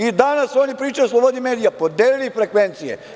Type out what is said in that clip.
I danas oni pričaju o slobodi medija, podelili frekvencije.